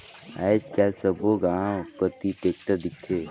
आएज काएल सब्बो गाँव कती टेक्टर दिखथे